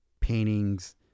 paintings